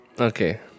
Okay